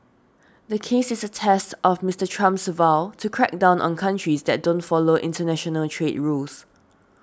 the case is a test of Mister Trump's vow to crack down on countries that don't follow international trade rules